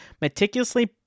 meticulously